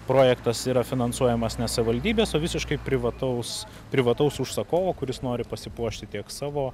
projektas yra finansuojamas ne savaldybės o visiškai privataus privataus užsakovo kuris nori pasipuošti tiek savo